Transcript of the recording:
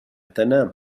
تنام